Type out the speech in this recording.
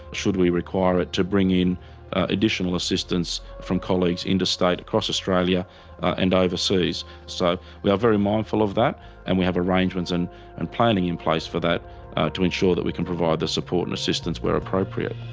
should we require it to bring in additional assistance from colleagues interstate across australia and overseas. so we are very mindful of that and we have arrangements and and planning in place for that to ensure that we can provide the support and assistance where appropriate.